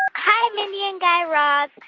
hi, mindy and guy raz.